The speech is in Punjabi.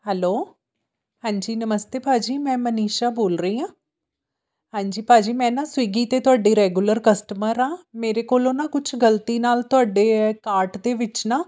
ਹੈਲੋ ਹਾਂਜੀ ਨਮਸਤੇ ਭਾਅ ਜੀ ਮੈਂ ਮਨੀਸ਼ਾ ਬੋਲ ਰਹੀ ਹਾਂ ਹਾਂਜੀ ਭਾਅ ਜੀ ਮੈਂ ਨਾ ਸਵਿਗੀ 'ਤੇ ਤੁਹਾਡੀ ਰੈਗੂਲਰ ਕਸਟਮਰ ਹਾਂ ਮੇਰੇ ਕੋਲੋਂ ਨਾ ਕੁਛ ਗਲਤੀ ਨਾਲ ਤੁਹਾਡੇ ਕਾਰਟ ਦੇ ਵਿੱਚ ਨਾ